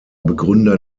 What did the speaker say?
begründer